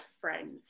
friends